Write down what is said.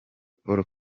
paul